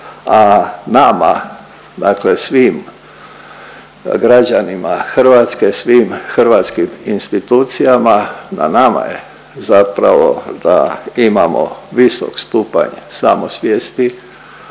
a nama dakle svim građanima Hrvatske, svim hrvatskim institucijama, na nama je zapravo da imamo visok stupanj samosvijesti